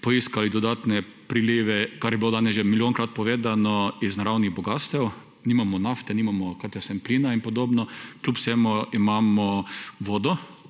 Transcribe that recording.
poiskali dodatne prilive, kar je bilo danes že milijon krat povedano, iz naravnih bogastev, nimamo nafte, nimamo – kaj jaz vem – plina in podobno, kljub vsemu imamo vodo,